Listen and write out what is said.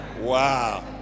Wow